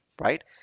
Right